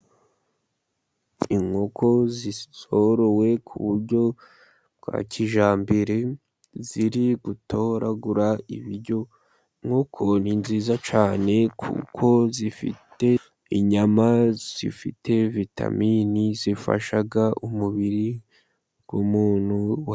Inkoko zorowe ku buryo kwa kijyambere ziri gutoragura ibiryo, inkoko ni nziza cyane kuko zifite inyama zifite vitamini, zifasha umubiri w'umuntu wa....